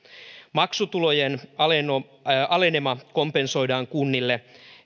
maksutulojen alenema alenema kompensoidaan kunnille